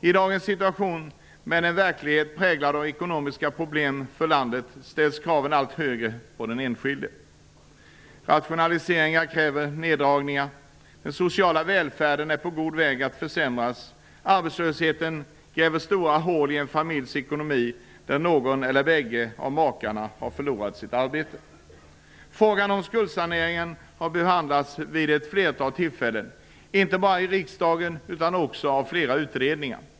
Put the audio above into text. I dagens situation med en verklighet präglad av ekonomiska problem för landet ställs allt högre krav på den enskilde. Rationaliseringar kräver neddragningar. Den sociala välfärden är på god väg att försämras. Arbetslösheten gräver stora hål i den familjs ekonomi där någon av, eller bägge, makarna har förlorat sitt arbete. Frågan om skuldsanering har behandlats vid ett flertal tillfällen inte bara i riksdagen utan också av flera utredningar.